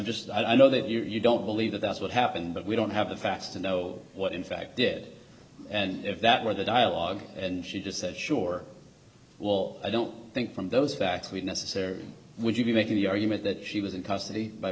just i know that you don't believe that that's what happened but we don't have the facts to know what in fact dead and if that were the dialogue and she just said sure well i don't think from those facts we necessarily would you be making the argument that she was in custody by